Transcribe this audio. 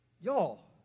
Y'all